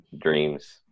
dreams